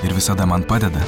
ir visada man padeda